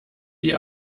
die